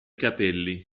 capelli